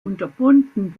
unterbunden